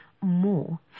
more